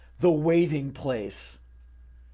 the waiting place.